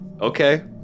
Okay